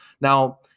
Now